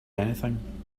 anything